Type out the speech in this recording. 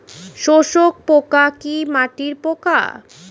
শোষক পোকা কি মাটির পোকা?